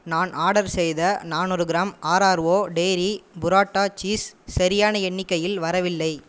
நான் ஆர்டர் செய்த நானூறு கிராம் ஆர்ஆர்ஓ டெய்ரி புரோட்டா சீஸ் சரியான எண்ணிக்கையில் வரவில்லை